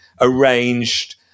arranged